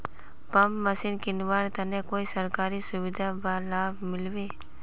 Pump machine किनवार तने कोई सरकारी सुविधा बा लव मिल्बी?